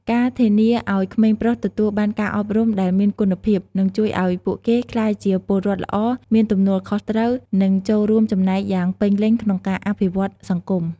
ការធានាឱ្យក្មេងប្រុសទទួលបានការអប់រំដែលមានគុណភាព នឹងជួយឱ្យពួកគេក្លាយជាពលរដ្ឋល្អ មានទំនួលខុសត្រូវ និងចូលរួមចំណែកយ៉ាងពេញលេញក្នុងការអភិវឌ្ឍសង្គម។